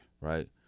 Right